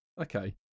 okay